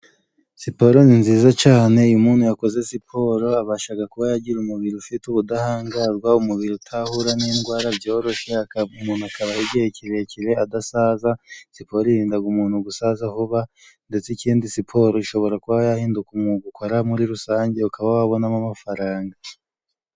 Siporo ni nziza cane, iyo umuntu yakoze siporo abashaga kuba yagira umubiri ufite ubudahangarwa, umubiri utahura n'indwara byoroshe. Umuntu akaba igihe kirekire adasaza, siporo irindaga umuntu gusaza vuba, ndetse ikindi siporo ishobora kuba yahinduka umwuga ukora muri rusange ukaba wabonamo amafaranga.